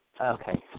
Okay